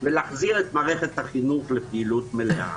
ולהחזיר את מערכת החינוך לפעילות מלאה.